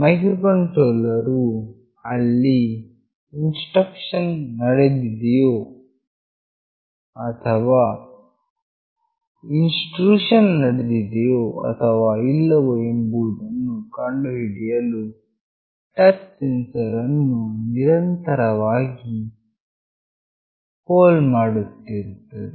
micro controller ವು ಅಲ್ಲಿ intrusion ನಡೆದಿದೆಯೋ ಅಥವಾ ಇಲ್ಲವೋ ಎಂಬುದನ್ನು ಕಂಡುಹಿಡಿಯಲು ಟಚ್ ಸೆನ್ಸರ್ ಅನ್ನು ನಿರಂತರವಾಗಿ ಪೋಲ್ ಮಾಡುತ್ತಿರುತ್ತದೆ